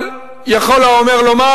אבל יכול האומר לומר: